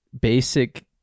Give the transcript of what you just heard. basic